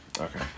Okay